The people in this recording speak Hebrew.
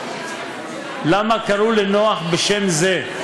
למה קראו לנח בשם זה?